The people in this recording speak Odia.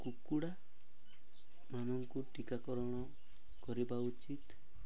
କୁକୁଡ଼ାମାନଙ୍କୁ ଟିକାକରଣ କରିବା ଉଚିତ୍